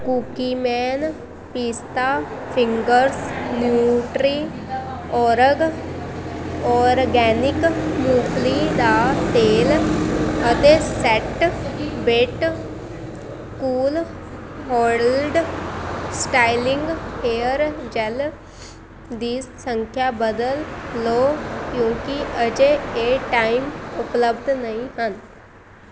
Cookieman ਪਿਸਤਾ fingers Nutriorg organic ਮੂੰਗਫਲੀ ਦਾ ਤੇਲ ਅਤੇ Set Wet cool hold styling hair gel ਦੀ ਸੰਖਿਆ ਬਦਲ ਲਓ ਕਿਉਂਕਿ ਅਜੇ ਇਹ ਟਾਈਮ ਉਪਲੱਬਧ ਨਹੀਂ ਹਨ